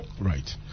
right